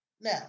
Now